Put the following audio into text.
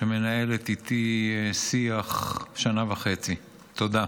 שמנהלת איתי שיח שנה וחצי, תודה.